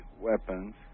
weapons